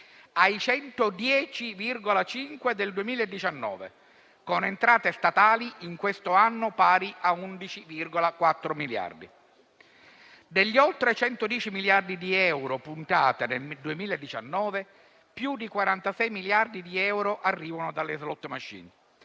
ai 110,5 del 2019, con entrate statali quest'anno pari a 11,4 miliardi. Degli oltre 110 miliardi di euro puntati nel 2019, più di 46 miliardi di euro arrivano dalle *slot machine,*